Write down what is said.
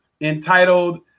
entitled